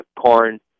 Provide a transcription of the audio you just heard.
corn